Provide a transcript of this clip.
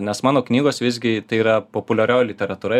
nes mano knygos visgi tai yra populiarioji literatūra